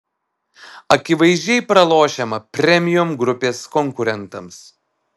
akivaizdžiai pralošiama premium grupės konkurentams